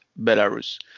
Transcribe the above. Belarus